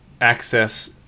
access